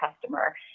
customer